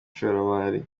ishoramari